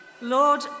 Lord